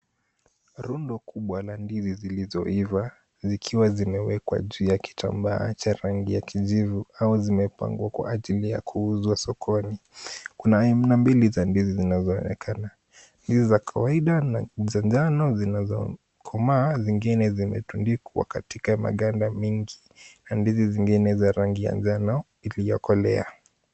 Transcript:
Rundo kubwa la ndizi zilizoiva zikiwa zimewekwa juu ya kitambaa cha rangi ya kijivu au zimepangwa kwa ajili ya kuuzwa sokoni. Kuna aina mbili za ndizi zinazoonekana; hizi za kawaida na za njano zinazo komaa zingine zimetundikwa katika maganda mingi, na ndizi zingine za rangi ya njano iliyokolea.